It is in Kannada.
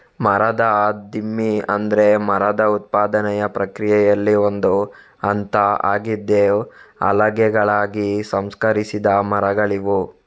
ಮರದ ದಿಮ್ಮಿ ಅಂದ್ರೆ ಮರದ ಉತ್ಪಾದನೆಯ ಪ್ರಕ್ರಿಯೆಯಲ್ಲಿ ಒಂದು ಹಂತ ಆಗಿದ್ದು ಹಲಗೆಗಳಾಗಿ ಸಂಸ್ಕರಿಸಿದ ಮರಗಳಿವು